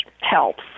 helps